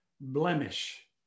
blemish